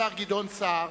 השר גדעון סער,